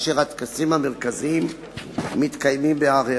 והטקסים המרכזיים מתקיימים בהר- הרצל.